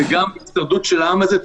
ואם ההישרדות של העם הזה בראש מעיינינו,